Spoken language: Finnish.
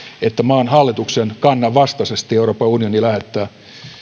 että maan hallituksen kannan vastaisesti euroopan unioni lähettää